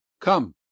Come